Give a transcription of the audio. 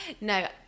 No